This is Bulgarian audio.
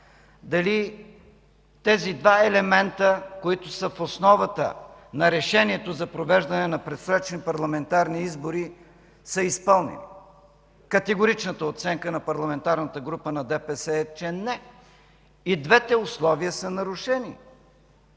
дали тези два елемента, които са в основата на решението за провеждане на предсрочни парламентарни избори, са изпълнени. Категоричната оценка на Парламентарната група на ДПС е, че не – и двете условия са нарушени.